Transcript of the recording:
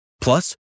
Plus